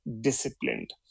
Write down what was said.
disciplined